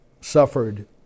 suffered